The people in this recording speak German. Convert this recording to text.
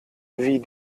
wie